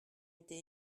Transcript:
été